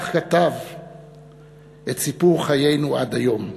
כך כתב את סיפור חיינו עד היום.